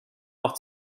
auch